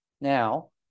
Now